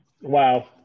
wow